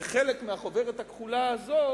וחלק מהחוברת הכחולה הזו